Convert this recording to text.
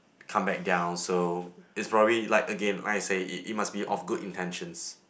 come back down so is probably like again I said it it must be all good intentions